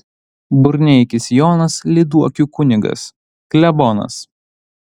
burneikis jonas lyduokių kunigas klebonas